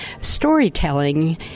storytelling